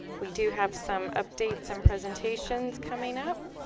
we do have some updates and presentations coming up